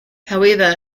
however